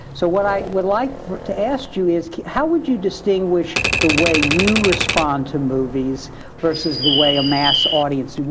so what i would like to ask you is how would you distinguish the way you respond to movies versus the way a mass audience,